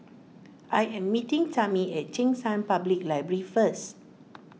I am meeting Tami at Cheng San Public Library first